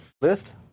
list